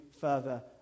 further